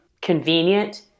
convenient